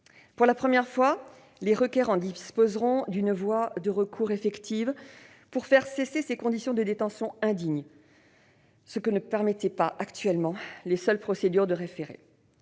Pour la première fois, les requérants disposeront d'une voie de recours effective pour faire cesser ces conditions de détention indignes, ce que ne permettent pas actuellement les seules procédures de référé.